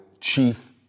chief